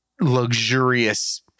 luxurious